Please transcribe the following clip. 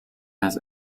has